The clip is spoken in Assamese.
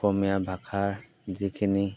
অসমীয়া ভাষাৰ যিখিনি